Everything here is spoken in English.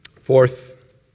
Fourth